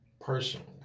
personally